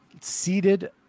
seated